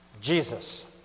Jesus